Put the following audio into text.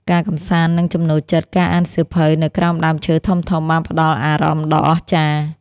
ការកម្សាន្ត និងចំណូលចិត្តការអានសៀវភៅនៅក្រោមដើមឈើធំៗបានផ្ដល់អារម្មណ៍ដ៏អស្ចារ្យ។